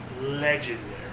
legendary